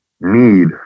need